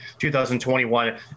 2021